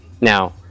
now